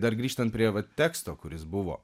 dar grįžtan prie va teksto kuris buvo